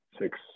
six